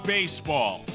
Baseball